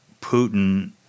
Putin